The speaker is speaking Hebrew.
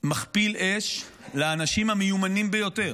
מכפיל אש לאנשים המיומנים ביותר.